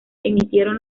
emitieron